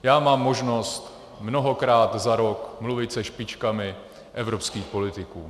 Já mám možnost mnohokrát za rok mluvit se špičkami evropských politiků.